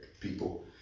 people